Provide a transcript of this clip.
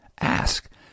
Ask